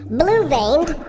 blue-veined